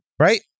Right